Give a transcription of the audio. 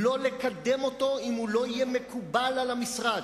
לא לקדם אותו אם הוא לא יהיה מקובל על המשרד.